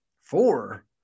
Four